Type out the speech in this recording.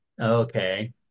Okay